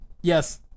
Yes